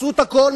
עשו הכול,